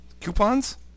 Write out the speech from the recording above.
Coupons